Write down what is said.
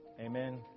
Amen